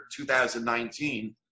2019